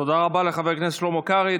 תודה רבה לחבר הכנסת שלמה קרעי.